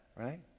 right